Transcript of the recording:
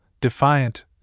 defiant